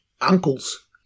uncles